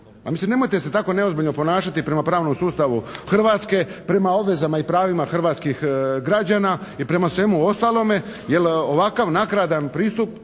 Pa mislim, nemojte se tako neozbiljno ponašati prema pravnom sustavu Hrvatske, prema obvezama i pravima hrvatskih građana i prema svemu ostalome jer ovakav nakaradan pristup